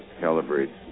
calibrate